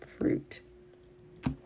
fruit